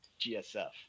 GSF